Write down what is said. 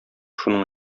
шуның